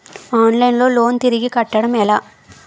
Online లో loan తిరిగి కట్టడం ఎలా?